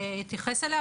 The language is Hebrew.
ואתייחס אליה.